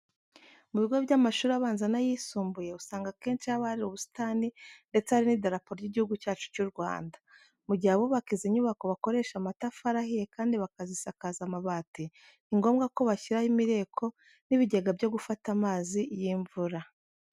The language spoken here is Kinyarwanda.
Mu bigo by'amashuri abanza n'ayisumbuye usanga akenshi haba hari ubusitani ndetse hari n'Idarapo ry'Igihugu cyacu cy'u Rwanda. Mu gihe abubaka izi nyubako bakoresha amatafari ahiye kandi bakazisakaza amabati, ni ngombwa ko bashyiraho imireko n'ibigega byo gufata amazi y'imvura.